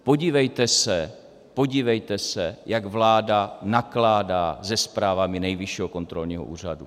Podívejte se, podívejte se, jak vláda nakládá se zprávami Nejvyššího kontrolního úřadu.